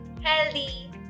healthy